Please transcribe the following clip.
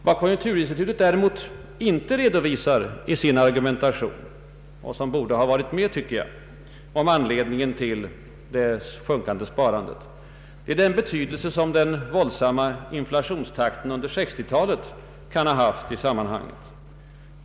Vad konjunkturinstitutet däremot inte redovisar i sin argumentation om anledningarna till det minskade sparandet och som borde ha varit med, det är den betydelse som den våldsamma inflationstakten under 1960-talet kan ha haft i detta sammanhang.